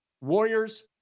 Warriors